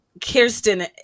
Kirsten